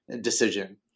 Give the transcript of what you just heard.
decision